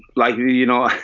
like, you you know,